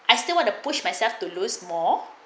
I still want to push myself to lose more